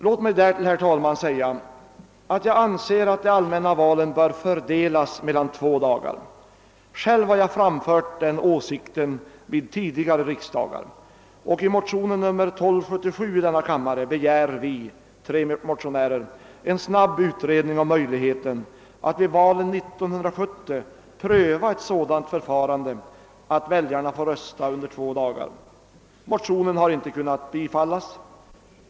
Låt mig därtill, herr talman, förklara att jag anser att de allmänna valen bör fördelas på två dagar; jag har framfört den åsikten vid tidigare riksdagar. I motionen II: 1277 begär vi tre motionärer en snabb utredning om möjligheten att vid valen 1970 pröva ett sådant förfarande att väljarna får rösta under två dagar. Motionen har inte kunnat tillstyrkas.